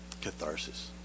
catharsis